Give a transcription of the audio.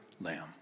lamb